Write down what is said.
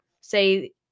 say